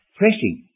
pressing